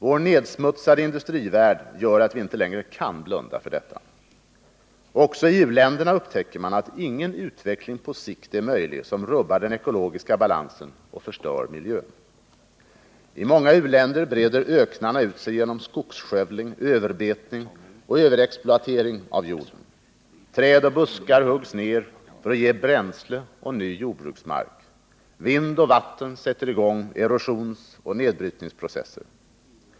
Vår nedsmutsade industrivärld gör att vi inte längre kan blunda för detta. Också i u-länderna upptäcker man att ingen utveckling på sikt är möjlig som rubbar den ekologiska balansen och förstör miljön. I många u-länder breder öknarna ut sig på grund av skogsskövling, överbetning och överexploatering av jorden. Träd och buskar huggs ned för att ge bränsle och ny jordbruksmark. Vind och vatten sätter i gång erosionsoch nedbrytningsprocesser.